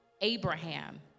Abraham